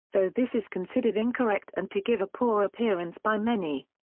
though this is considered incorrect and to give a poor appearance by many.